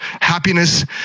Happiness